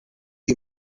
you